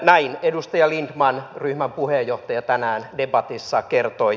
näin edustaja lindtman ryhmän puheenjohtaja tänään debatissa kertoi